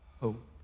hope